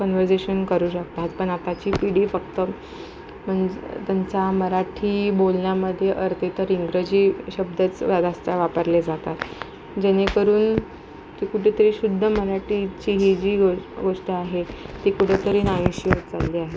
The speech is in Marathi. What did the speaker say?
कन्वर्सेशन करू शकतात पण आताची पिढी फक्त म्हणज त्यांचा मराठी बोलण्यामध्ये अर्धे तर इंग्रजी शब्दच जास्त वापरले जातात जेणेकरून ती कुठेतरी शुद्ध मराठीची ही जी गो गोष्ट आहे ती कुठेतरी नाहीशी होत चालली आहे